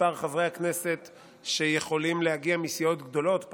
מספר חברי הכנסת שיכולים להגיע מסיעות גדולות,